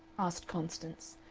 asked constance,